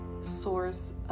source